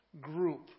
group